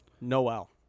Noel